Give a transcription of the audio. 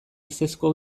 ezezko